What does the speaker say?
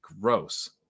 gross